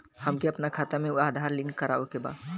हमके अपना खाता में आधार लिंक करावे के बा?